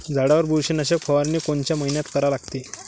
झाडावर बुरशीनाशक फवारनी कोनच्या मइन्यात करा लागते?